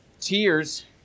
tears